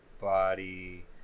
body